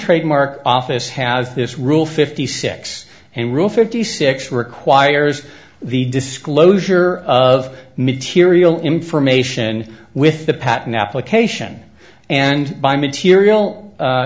trademark office has this rule fifty six and rule fifty six requires the disclosure of material information with the patent application and by material